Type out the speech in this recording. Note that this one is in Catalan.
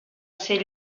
ser